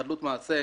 מספיק